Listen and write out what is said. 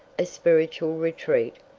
a spiritual retreat,